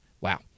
wow